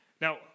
Now